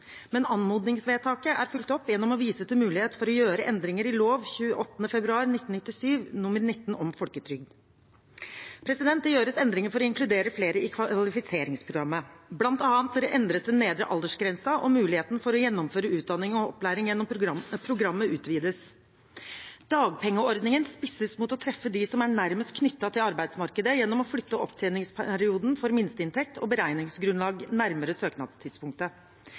Men anmodningsvedtaket er fulgt opp gjennom å vise til mulighet for å gjøre endringer i lov 28. februar 1997 nr. 19 om folketrygd. Det gjøres endringer for å inkludere flere i kvalifiseringsprogrammet. Blant annet endres den nedre aldersgrensen, og mulighetene for å gjennomføre utdanning og opplæring gjennom programmet utvides. Dagpengeordningen spisses mot å treffe dem som er nærmest knyttet til arbeidsmarkedet, gjennom å flytte opptjeningsperioden for minsteinntekt og beregningsgrunnlag nærmere søknadstidspunktet.